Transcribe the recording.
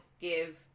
give